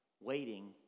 waiting